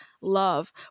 love